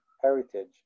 heritage